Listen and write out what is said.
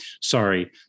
sorry